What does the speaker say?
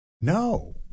No